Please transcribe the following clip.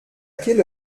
quelle